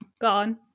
gone